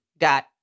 got